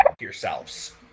yourselves